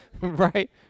right